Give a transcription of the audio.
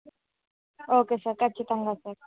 okay sir ఖచ్చితంగా sir